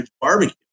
barbecue